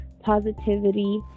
Positivity